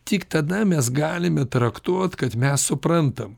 tik tada mes galime traktuot kad mes suprantam